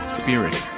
spirit